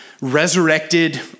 resurrected